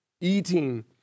Eating